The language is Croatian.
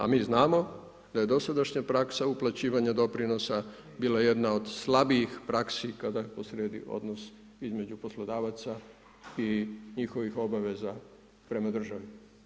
A mi znamo a je dosadašnja praksa uplaćivanja doprinosa bila jedna od slabijih praksi kada je posrijedi odnos između poslodavaca i njihovih obaveza prema državi.